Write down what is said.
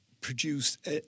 produced